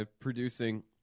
producing